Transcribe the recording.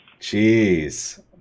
Jeez